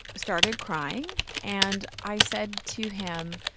started crying. and i said to him,